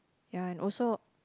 ya and also